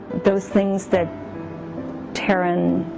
those things that taran